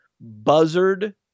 buzzard